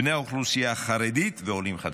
בני האוכלוסייה החרדית ועולים חדשים.